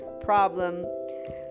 problem